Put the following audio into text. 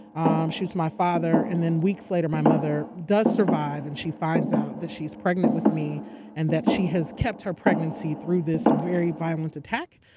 um shoots my father and then weeks later my mother does survive and she finds out that she's pregnant with me and that she had kept her pregnancy through this very violent attack.